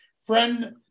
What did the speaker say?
friend